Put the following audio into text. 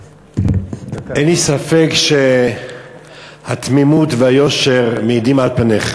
אין לי ספק שהתמימות והיושר מעידים על פניך.